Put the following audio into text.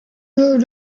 moved